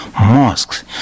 mosques